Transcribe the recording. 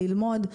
ללמוד,